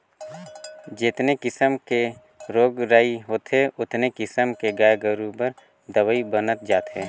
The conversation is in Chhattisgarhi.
जेतने किसम के रोग राई होथे ओतने किसम के गाय गोरु बर दवई बनत जात हे